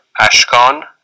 Ashkan